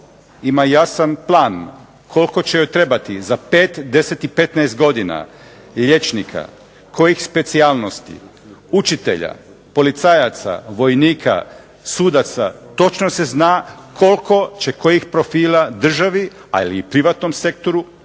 ima jasan plan koliko će joj trebati za 5, 10 i 15 godina liječnika, kojih specijalnosti, učitelja, policajaca, vojnika, sudaca. Točno se zna koliko će kojih profila državi, ali i privatnom sektoru